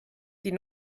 die